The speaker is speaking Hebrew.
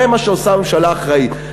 זה מה שעושה ממשלה אחראית.